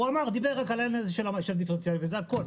הוא אמר ודיבר רק על העניין של דיפרנציאלי וזה הכל.